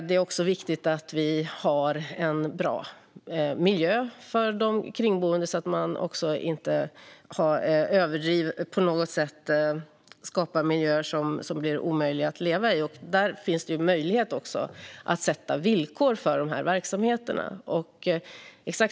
Det är också viktigt att ha en bra miljö för de kringboende, så att man inte skapar miljöer som blir omöjliga att leva i. Det finns möjlighet att ställa villkor för de här verksamheterna.